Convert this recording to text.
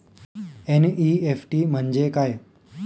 NEFT म्हणजे काय?